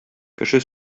кеше